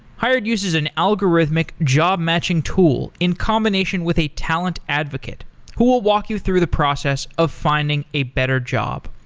hired uses an algorithmic job-matching tool in combination with a talent advocate who will walk you through the process of finding a better job.